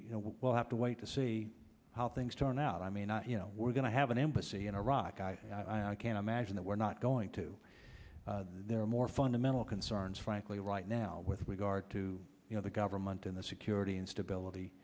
you know we'll have to wait to see how things turn out i mean you know we're going to have an embassy in iraq i can't imagine that we're not going to there are more fundamental concerns frankly right now with regard to you know the government and the security and